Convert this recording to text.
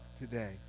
today